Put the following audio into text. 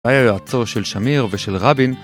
היה יועצו של שמיר ושל רבין